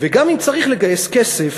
גם אם צריך לגייס כסף,